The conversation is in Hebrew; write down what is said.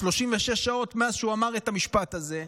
36 שעות מאז שהוא אמר את המשפט הזה,